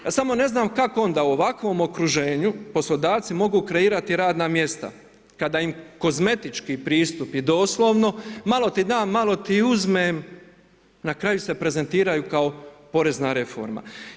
A samo ne znam kako onda u ovakvom okruženju poslodavci mogu kreirati radna mjesta kada im kozmetički pristup i doslovno „malo ti dam, malo ti uzmem“ na kraju se prezentiraju kao porezna reforma.